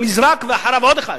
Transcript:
הוא נזרק, ואחריו עוד אחד.